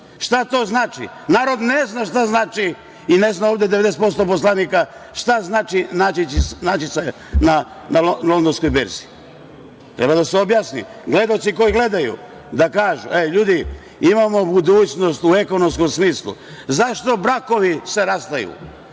jakih država. Narod ne zna šta znači i ne zna ovde 90% poslanika šta znači naći se na Londonskoj berzi. To treba da se objasni gledaocima koji gledaju, da kažu – ljudi, imamo budućnost u ekonomskom smislu.Zašto se brakovi rastaju?